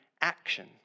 action